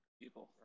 people